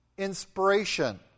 inspiration